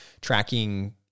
tracking